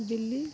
Delhi